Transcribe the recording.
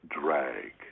drag